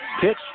pitch